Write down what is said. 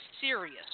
serious